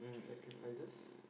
sacrifices